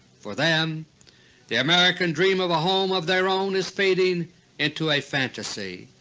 for them the american dream of a home of their own is fading into a fantasy.